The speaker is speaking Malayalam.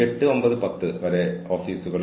തീർച്ചയായും അവർ മുൻകൂട്ടി ആസൂത്രണം ചെയ്തിട്ടില്ല